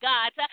God